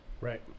Right